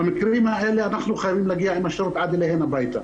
במקרים האלה אנחנו חייבים להגיע עם השירות עד אליהן הביתה.